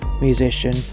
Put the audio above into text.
musician